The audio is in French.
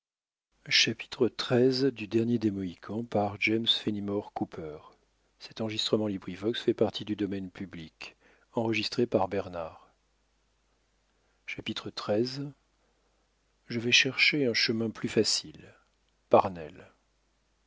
james cooper xiii je vais chercher un chemin plus facile parnell